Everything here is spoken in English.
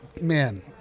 man